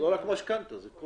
זו